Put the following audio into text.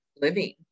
living